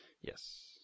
Yes